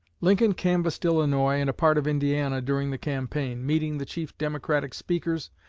lincoln canvassed illinois and a part of indiana during the campaign, meeting the chief democratic speakers,